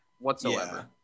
whatsoever